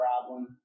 problem